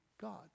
God